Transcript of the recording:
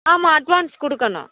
ஆமாம் அட்வான்ஸ் கொடுக்கணும்